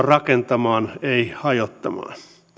rakentamaan ei hajottamaan